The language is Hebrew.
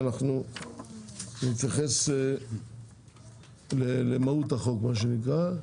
אנחנו נתייחס למהות החוק מה שנקרא.